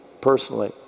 personally